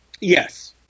Yes